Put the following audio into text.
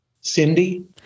Cindy